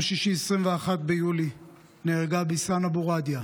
שישי 21 ביולי נהרגה ביסאן אבו ר'דיה,